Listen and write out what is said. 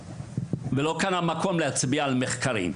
ולא כאן המקום להצביע על מחקרים.